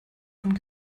von